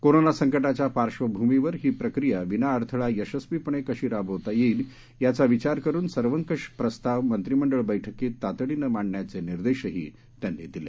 कोरोनासंकटाच्या पार्शभूमीवर ही प्रक्रीया विनाअडथळा यशस्वीपणे कशी राबवता येईल याचा विद्यार करुन सर्वकष प्रस्ताव मंत्रिमंडळ बैठकीत तातडीने मांडण्याचे निर्देशही त्यांनी दिले